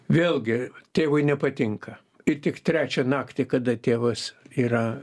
vėlgi tėvui nepatinka ir tik trečią naktį kada tėvas yra